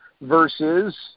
versus